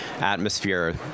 atmosphere